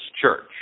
church